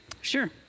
Sure